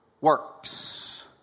works